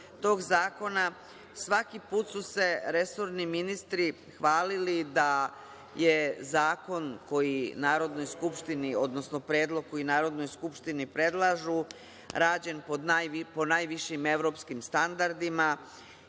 tog zakona, svaki put su se resorni ministri hvalili da je zakon koji Narodnoj skupštini, odnosno predlog koji Narodnoj skupštini predlažu rađen po najvišim evropskim standardima,